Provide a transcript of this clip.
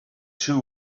two